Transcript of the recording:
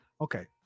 okay